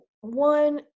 One